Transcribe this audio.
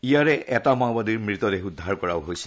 ইয়াৰে এটা মাওবাদীৰ মৃতদেহ উদ্ধাৰ কৰা হৈছে